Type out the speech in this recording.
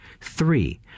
three